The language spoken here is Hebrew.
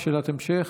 שאלת המשך?